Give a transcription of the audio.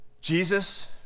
Jesus